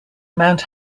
mount